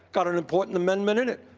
got an important amendment in it.